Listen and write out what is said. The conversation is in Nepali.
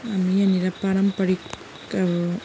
यहाँनिर पारम्पारिक अब